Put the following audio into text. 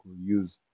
use